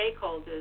stakeholders